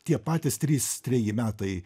tie patys trys treji metai